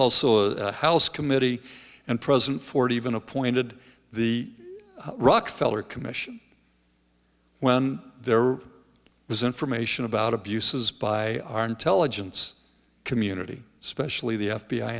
also a house committee and present forty even appointed the rockefeller commission when there are was information about abuses by our intelligence community especially the f